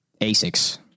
Asics